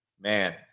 man